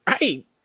right